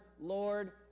Lord